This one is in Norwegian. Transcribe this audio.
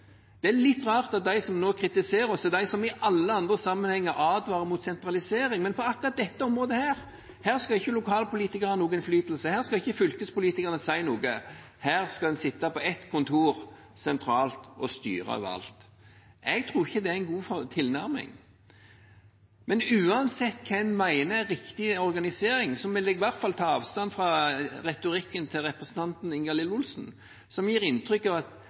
Det er litt rart at de som nå kritiserer oss, er de som i alle andre sammenhenger advarer mot sentralisering. Men på akkurat dette området skal ikke lokalpolitikere ha noen innflytelse, her skal ikke fylkespolitikerne si noe, her skal en sitte på ett kontor sentralt og styre overalt. Jeg tror ikke det er en god tilnærming. Men uansett hva en mener er riktig organisering, vil jeg i hvert fall ta avstand fra retorikken til representanten Ingalill Olsen, som gir inntrykk av at